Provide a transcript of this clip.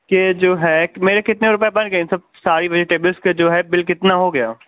کہ جو ہے کہ میرے کتنے روپے بن گئے ان سب ساری ویجٹیبلس کے جو ہے بل کتنا ہو گیا